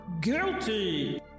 guilty